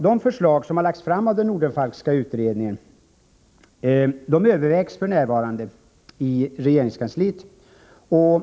De förslag som lagts fram av den Nordenfalkska utredningen övervägs för närvarande i regeringskansliet.